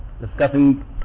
discussing